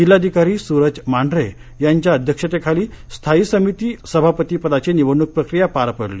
जिल्हाधिकारी सूरज मांढरे यांच्या अध्यक्षतेखालीस्थायी समिती सभापतीपदाची निवडणूक प्रक्रिया पार पडली